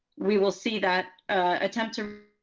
we will see that attempt to